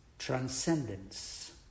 Transcendence